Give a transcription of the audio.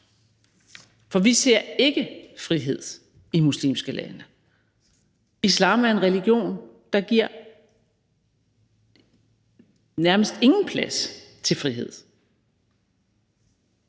For vi ser ikke frihed i muslimske lande. Islam er en religion, der giver nærmest ingen plads til frihed.